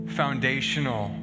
foundational